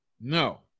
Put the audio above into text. No